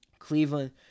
Cleveland